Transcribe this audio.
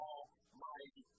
Almighty